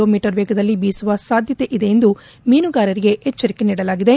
low metre ವೇಗದಲ್ಲಿ ಬೀಸುವ ಸಾಧ್ಯತೆ ಇದೆ ಎಂದು ಮೀನುಗಾರರಿಗೆ ಎಚ್ಚರಿಕೆ ನೀಡಲಾಗಿದೆ